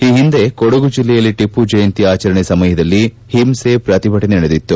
ಈ ಹಿಂದೆ ಕೊಡಗು ಜಲ್ಲೆಯಲ್ಲಿ ಟಪ್ಪು ಜಯಂತಿ ಆಚರಣೆ ಸಮಯದಲ್ಲಿ ಹಿಂಸೆ ಪ್ರತಿಭಟನೆ ನಡೆದಿತ್ತು